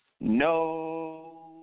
No